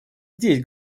здесь